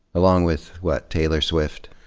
along with, what, taylor swift?